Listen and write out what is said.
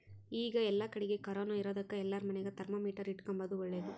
ಈಗ ಏಲ್ಲಕಡಿಗೆ ಕೊರೊನ ಇರೊದಕ ಎಲ್ಲಾರ ಮನೆಗ ಥರ್ಮಾಮೀಟರ್ ಇಟ್ಟುಕೊಂಬದು ಓಳ್ಳದು